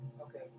Okay